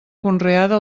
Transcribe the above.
conreada